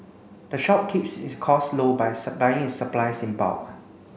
the shop keeps its cost low by its supplies in bulk